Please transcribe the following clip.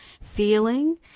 feeling